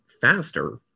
faster